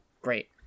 Great